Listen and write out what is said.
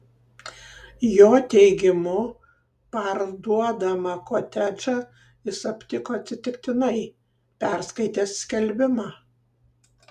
jo teigimu parduodamą kotedžą jis aptiko atsitiktinai perskaitęs skelbimą